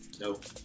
Nope